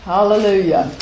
Hallelujah